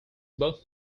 both